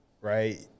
right